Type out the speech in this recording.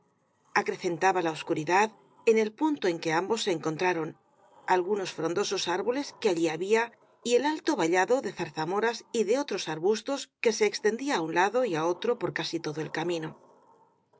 centaba la obscuridad en el punto en que ambos se encontraron algunos frondosos árboles que allí había y el alto vallado de zarzamoras y de otros arbustos que se extendía á un lado y á otro por casi todo el camino